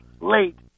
late